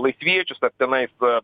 laisviečius ar tenais